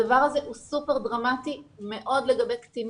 הדבר הזה הוא סופר דרמטי מאוד לגבי קטינים,